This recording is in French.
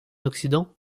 occident